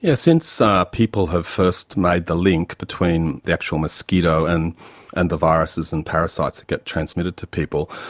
ah since ah people have first made the link between the actual mosquito and and the viruses and parasites that get transmitted to people,